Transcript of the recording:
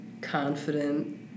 confident